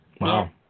Wow